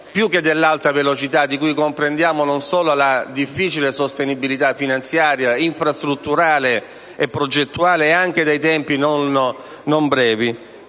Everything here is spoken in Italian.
Più che all'alta velocità, di cui comprendiamo non solo la difficile sostenibilità finanziaria, infrastrutturale e progettuale, anche dai tempi non brevi,